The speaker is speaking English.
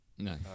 No